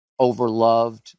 overloved